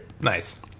Nice